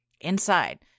Inside